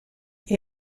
est